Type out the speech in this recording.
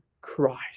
Christ